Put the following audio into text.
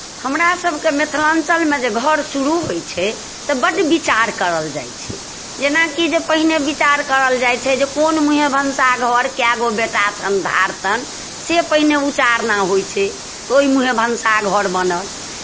हमरासभके मिथिलाञ्चलमे जे घर शुरू होइ छै तऽ बड्ड विचार कयल जाइ छै जेनाकि जे पहिने विचार कयल जाइ छै जे कोन मूँहेँ भनसाघर कए गो बेटा छनि धारतनि से पहिने उचारना होइ छै तऽ ओहि मूँहेँ भनसाघर बनल